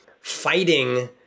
fighting